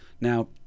now